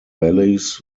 valleys